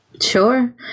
Sure